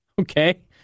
Okay